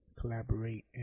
collaborate